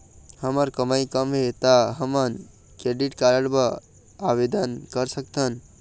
हमर कमाई कम हे ता हमन क्रेडिट कारड बर आवेदन कर सकथन?